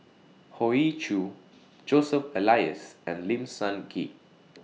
Hoey Choo Joseph Elias and Lim Sun Gee